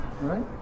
right